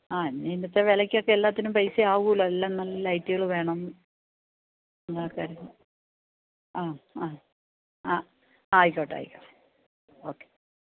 ആ ഇന്നത്തെ വിലക്കൊക്കെ എല്ലാത്തിനും നല്ല പൈസ ആകുമല്ലോ എല്ലാം നല്ല ലൈറ്റുകൾ വേണം ആ ആ ആ ആയിക്കോട്ടെ ആയിക്കോട്ടെ ഓക്കെ